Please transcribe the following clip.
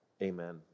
Amen